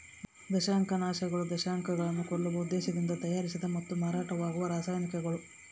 ದಂಶಕನಾಶಕಗಳು ದಂಶಕಗಳನ್ನು ಕೊಲ್ಲುವ ಉದ್ದೇಶದಿಂದ ತಯಾರಿಸಿದ ಮತ್ತು ಮಾರಾಟವಾಗುವ ರಾಸಾಯನಿಕಗಳು